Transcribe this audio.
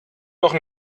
doch